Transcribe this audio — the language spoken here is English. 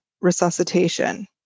resuscitation